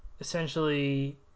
Essentially